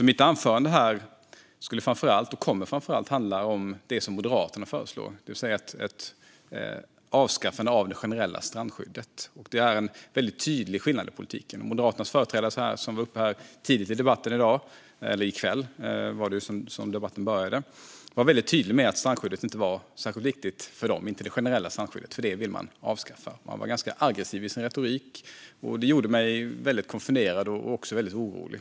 Mitt anförande här skulle framför allt och kommer framför allt att handla om det som Moderaterna föreslår, det vill säga ett avskaffande av det generella strandskyddet. Här finns en väldigt tydlig skillnad i politiken. Moderaternas företrädare, som var uppe tidigt i debatten i kväll, var väldigt tydlig med att det generella strandskyddet inte är särskilt viktigt för dem; det vill man avskaffa. Man var ganska aggressiv i sin retorik, och det gjorde mig väldigt konfunderad och också väldigt orolig.